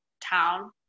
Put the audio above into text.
town